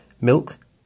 milk